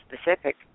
specific